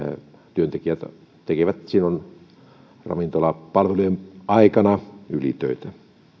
työntekijät tekevät silloin ravintolapalvelujen aikana ylitöitä